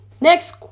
Next